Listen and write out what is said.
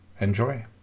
Enjoy